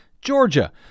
Georgia